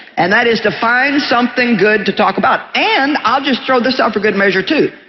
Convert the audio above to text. and that is to find something good to talk about and i'll just throw this out for good measure, too.